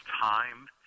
time